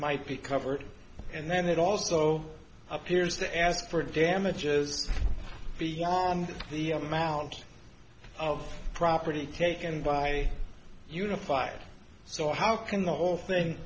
might be covered and then it also appears to ask for damages beyond the amount of property taken by unified so how can the whole thing